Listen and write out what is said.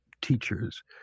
teachers